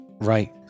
right